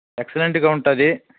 ఎక్సలెంట్గా ఉంటుంది